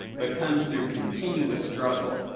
but comes through continuous struggle.